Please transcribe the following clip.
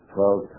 Twelve